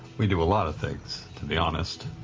we do a lot of things, to be honest.